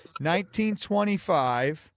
1925